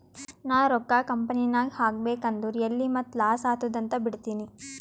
ನಾ ರೊಕ್ಕಾ ಕಂಪನಿನಾಗ್ ಹಾಕಬೇಕ್ ಅಂದುರ್ ಎಲ್ಲಿ ಮತ್ತ್ ಲಾಸ್ ಆತ್ತುದ್ ಅಂತ್ ಬಿಡ್ತೀನಿ